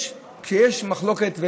כשיש מחלוקת,